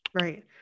Right